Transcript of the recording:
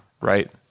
right